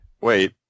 Wait